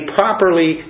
properly